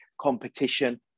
Competition